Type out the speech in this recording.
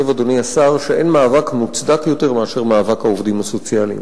אין מאבק מוצדק יותר מאשר מאבק העובדים הסוציאליים.